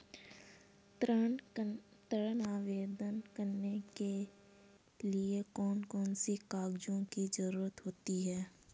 ऋण आवेदन करने के लिए कौन कौन से कागजों की जरूरत होती है?